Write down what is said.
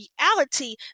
reality